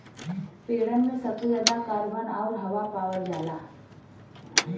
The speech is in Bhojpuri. पेड़न में सबसे जादा कार्बन आउर हवा पावल जाला